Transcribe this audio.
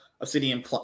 Obsidian